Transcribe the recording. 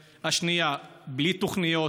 2. בלי תוכניות,